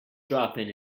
dropping